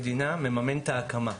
מממן את ההקמה.